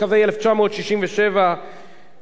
אולי למלחמת לבנון השנייה, שמחר,